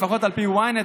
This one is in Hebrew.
לפחות על פי ynet,